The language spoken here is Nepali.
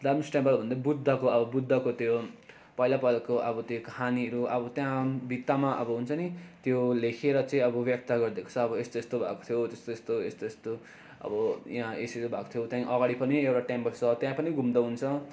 जापानिज टेम्पलभन्दा बुद्धको अब बुद्धको त्यो पहिला पहिलाको अब त्यो काहानीहरू अब त्यहाँ भित्तामा अब हुन्छ नि त्यो लेखेर चाहिँ अब व्यक्त गरिदिएको छ अब यस्तो यस्तो भएको थियो त्यस्तो त्यस्तो यस्तो यस्तो अब यहाँ यसरी भएको थियो त्यहाँ अगाडि पनि एउटा टेम्पल छ त्यहाँ पनि घुम्दा हुन्छ